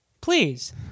Please